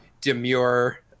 demure